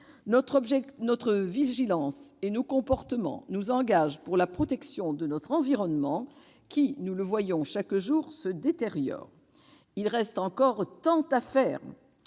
Notre vigilance et nos comportements nous engagent pour la protection de notre environnement, qui, comme nous le voyons chaque jour, se détériore. Il reste encore tant à faire